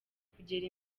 kugera